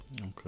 Okay